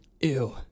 Ew